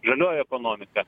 žalioji ekonomika